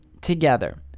together